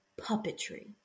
puppetry